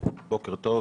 בוקר טוב.